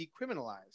decriminalized